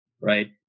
right